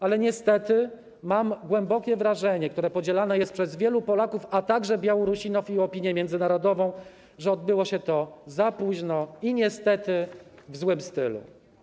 Ale niestety mam głębokie wrażenie, które podzielane jest przez wielu Polaków, a także Białorusinów i opinię międzynarodową, że odbyło się to za późno i niestety w złym stylu.